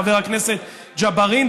חבר הכנסת ג'בארין,